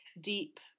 deep